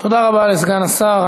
תודה רבה לסגן השר.